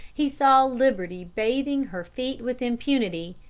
he saw liberty bathing her feet with impunity,